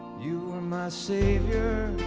you were my savior,